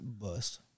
Bust